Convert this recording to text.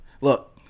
Look